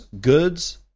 goods